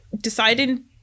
deciding